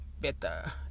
better